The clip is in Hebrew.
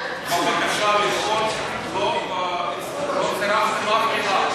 משום מה, בהסברים לבקשה לדחות זה לא הופיע.